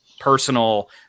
personal